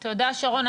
תודה, שרון.